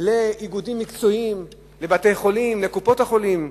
לאיגודים מקצועיים, לבתי-חולים, לקופות-החולים,